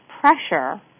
pressure